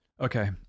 Okay